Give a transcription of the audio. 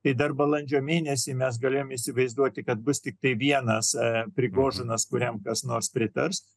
tai dar balandžio mėnesį mes galėjome įsivaizduoti kad bus tiktai vienas kuriam kas nors pritars